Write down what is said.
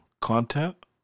content